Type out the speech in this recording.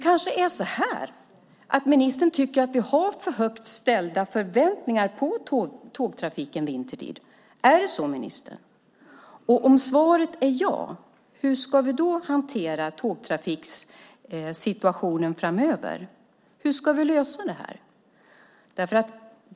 Kanske är det så att ministern tycker att vi har för stora förväntningar på tågtrafiken vintertid. Är det så, ministern? Om svaret är ja, hur ska vi då hantera tågtrafikssituationen framöver? Hur ska vi lösa det här?